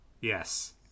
Yes